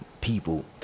people